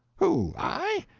who i?